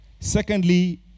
Secondly